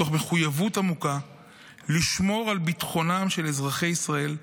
מתוך מחויבות עמוקה לשמור על ביטחונם של אזרחי ישראל,